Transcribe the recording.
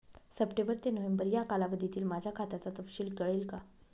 September ते November या कालावधीतील माझ्या खात्याचा तपशील कळेल का?